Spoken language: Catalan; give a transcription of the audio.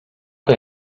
que